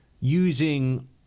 using